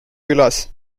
külas